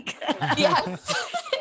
yes